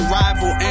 rival